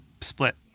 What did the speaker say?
split